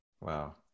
wow